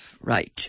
right